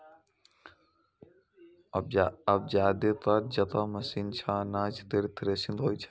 आब जादेतर जगह मशीने सं अनाज केर थ्रेसिंग होइ छै